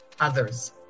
others